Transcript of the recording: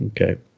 Okay